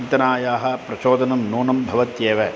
चिन्तनायाः प्रचोदनं नूनं भवत्येव